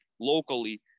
locally